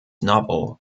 novel